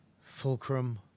fulcrum